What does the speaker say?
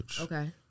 Okay